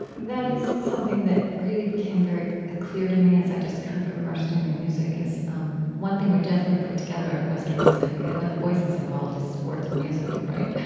that is something that really became very ah clear to me as i just kind of immersed in your music. um one thing we definitely put together in western music, when the voice is involved, is words and music, right?